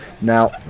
Now